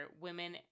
women